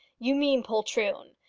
you mean poltroon!